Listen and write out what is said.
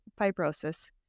fibrosis